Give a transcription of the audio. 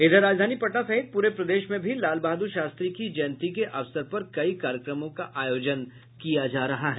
इधर राजधानी पटना सहित पूरे प्रदेश में भी लाल बहादुर शास्त्री की जयंती के अवसर पर कई कार्यक्रमों का आयोजन किया जा रहा है